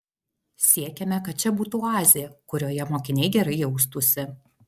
siekiame kad čia būtų oazė kurioje mokiniai gerai jaustųsi